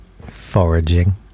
foraging